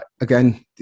again